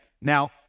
Now